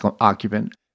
occupant